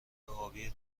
آبی